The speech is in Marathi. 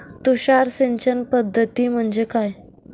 तुषार सिंचन पद्धती म्हणजे काय?